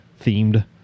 themed